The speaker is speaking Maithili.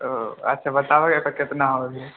ओ अच्छा बताबऽ की कितना होले